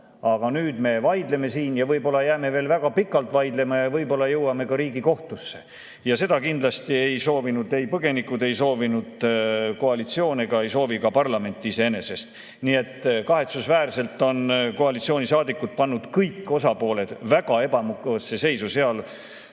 aga nüüd me vaidleme siin, võib-olla jääme veel väga pikalt vaidlema ja võib-olla jõuame ka Riigikohtusse. Aga seda kindlasti ei soovinud ei põgenikud, ei soovinud koalitsioon ega soovi ka parlament iseenesest. Nii et kahetsusväärselt on koalitsioonisaadikud pannud kõik osapooled väga ebamugavasse seisu,